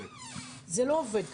זה לא עובד ככה.